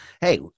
Hey